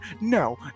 No